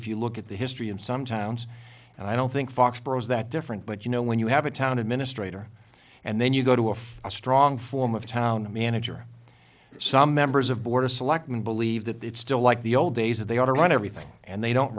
if you look at the history in some towns and i don't think foxboro is that different but you know when you have a town administrator and then you go to a strong form of town manager some members of board of selectmen believe that it's still like the old days that they ought to run everything and they don't